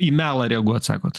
į melą reaguot sakot